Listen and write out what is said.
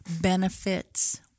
benefits